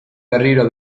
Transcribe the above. berriro